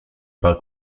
pas